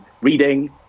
reading